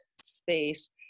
space